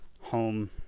home